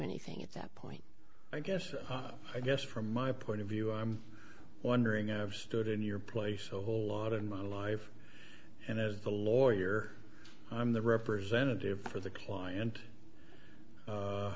anything at that point i guess i guess from my point of view i'm wondering i've stood in your place whole lot in my life and as the lawyer i'm the representative for the client